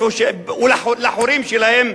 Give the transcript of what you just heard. לחורים שלהם,